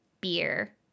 beer